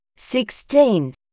Sixteen